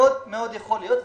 מאוד יכול להיות.